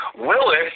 Willis